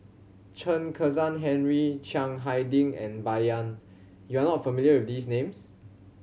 Chen Kezhan Henri Chiang Hai Ding and Bai Yan you are not familiar with these names